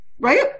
right